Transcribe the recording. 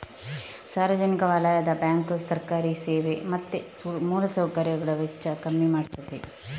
ಸಾರ್ವಜನಿಕ ವಲಯದ ಬ್ಯಾಂಕು ಸರ್ಕಾರಿ ಸೇವೆ ಮತ್ತೆ ಮೂಲ ಸೌಕರ್ಯಗಳ ವೆಚ್ಚ ಕಮ್ಮಿ ಮಾಡ್ತದೆ